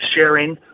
sharing